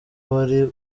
wari